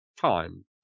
time